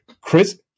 Chris